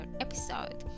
episode